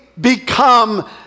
become